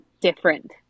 different